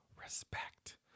Respect